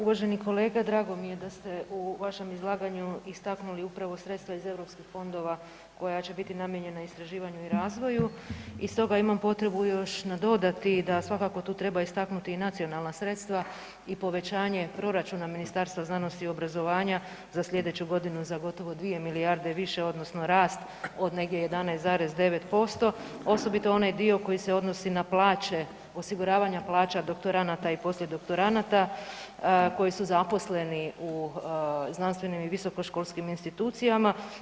Uvaženi kolega, drago mi je da ste u vašem izlaganju istaknuli upravo sredstva iz EU fondova koja će biti namijenjena istraživanju i razvoju i stoga imam potrebu još nadodati da svakako tu treba istaknuti i nacionalna sredstva i povećanje proračuna Ministarstva znanosti i obrazovanja za sljedeću godinu za gotovo 2 milijarde više, odnosno rast od negdje 11,9%, osobito onaj koji se odnosi na plaće, osiguravanja plaća, doktoranada i poslijedoktoranada koji su zaposleni u znanstvenim i visokoškolskim institucijama.